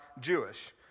Jewish